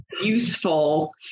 useful